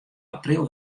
april